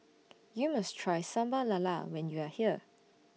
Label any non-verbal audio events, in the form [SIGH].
[NOISE] YOU must Try Sambal Lala when YOU Are here